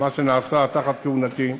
מה שנעשה בכהונתי,